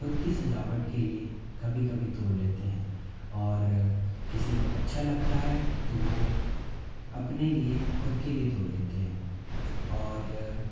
खुद की सजावट के लिए कभी कभी तोड़ लेते हैं और किसी को अच्छा लगता है तो वह अपने लिए ख़ुद के लिए तोड़ लेते हैं और